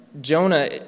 Jonah